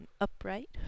upright